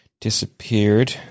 disappeared